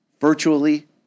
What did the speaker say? Virtually